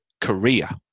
Korea